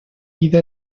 vida